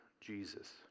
Jesus